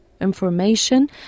information